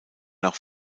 nach